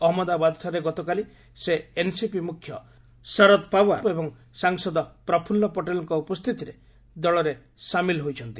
ଅହମ୍ମଦାବାଦଠାରେ ଗତକାଲି ସେ ଏନ୍ସିପି ମୁଖ୍ୟ ଶରଦ୍ ପାୱାର୍ ଏବଂ ସାଂସଦ ପ୍ରଫୁଲ୍ଲ ପଟେଲ୍ଙ୍କ ଉପସ୍ଥିତିରେ ଦଳରେ ସାମିଲ୍ ହୋଇଛନ୍ତି